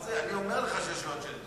אני אומר לך שיש לו אג'נדה.